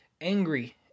angry